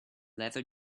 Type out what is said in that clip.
leather